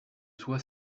soit